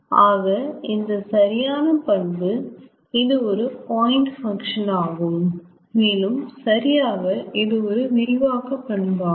ஆக இந்த சரியான பண்பு இது ஒரு பாயிண்ட் பங்க்ஷன் ஆகும் மேலும் சரியாக இது ஒரு விரிவாக்க பண்பு ஆகும்